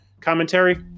commentary